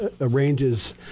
arranges